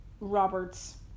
Robert's